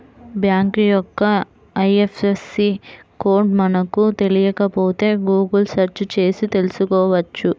bank యొక్క IFSC code మనకు తెలియకపోతే గుగుల్ సెర్చ్ చేసి తెల్సుకోవచ్చు